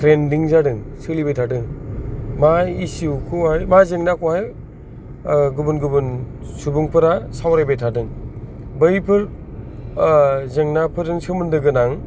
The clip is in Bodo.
थ्रेनदिं जादों सोलिबाय थादों मा इसुखौहाय मा जेंनाखौहाय गुबुन गुबुन सुबुंफोरा सावरायबाय थादों बैफोर जेंनाफोरजों सोमोन्दो गोनां